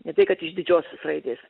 ne tai kad iš didžiosios raidės